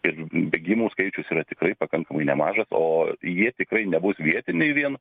ir bėgimų skaičius yra tikrai pakankamai nemažas o jie tikrai nebus vietiniai vien